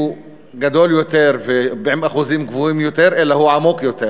גדול יותר ועם אחוזים גבוהים יותר אלא הוא עמוק יותר.